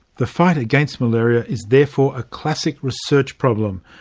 the fight against malaria is therefore a classic research problem,